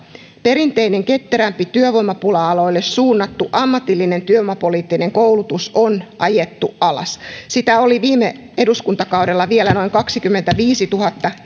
perinteinen ketterämpi työvoimapula aloille suunnattu ammatillinen työvoimapoliittinen koulutus on ajettu alas sitä oli viime eduskuntakaudella vielä noin kaksikymmentäviisituhatta